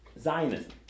Zionism